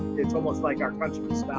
it's almost like our country